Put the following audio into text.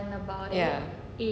ya